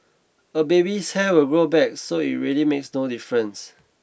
a baby's hair will grow back so it really makes no difference